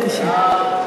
בבקשה.